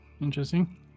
Interesting